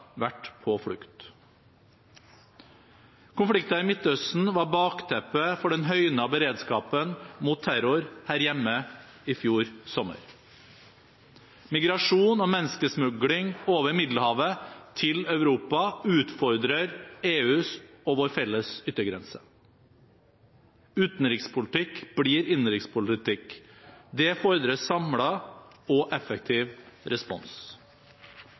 vært på flukt. Konflikter i Midtøsten var bakteppe for den høynede beredskapen mot terror her hjemme i fjor sommer. Migrasjon og menneskesmugling over Middelhavet til Europa utfordrer EUs og vår felles yttergrense. Utenrikspolitikk blir innenrikspolitikk. Det fordrer en samlet og effektiv respons.